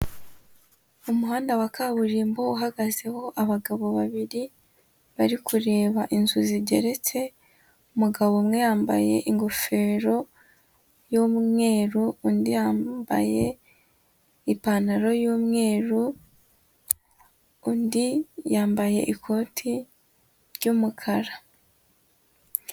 Umuhanda wa kaburimbo uhagazeho abagabo babiri bari kureba inzu zigeretse, umugabo umwe yambaye ingofero y'umweru, undi yambaye ipantaro y'umweru, undi yambaye ikoti ry'umukara.